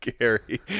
gary